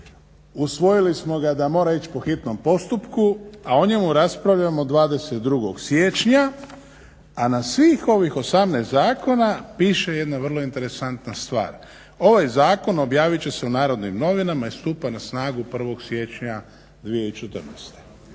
Usvojili smo ga da mora ići po hitnom postupku a o njemu raspravljamo 22. siječnja a na svih ovih 18 zakona piše jedna vrlo interesantna stvar. Ovaj Zakon objaviti će se u Narodnim novinama i stupa na snagu 1. siječnja 2014.